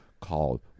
called